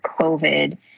COVID